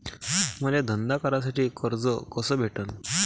मले धंदा करासाठी कर्ज कस भेटन?